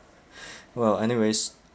well anyways